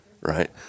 right